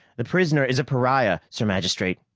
the prisoner is a pariah, sir magistrate.